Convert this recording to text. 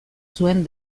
zuen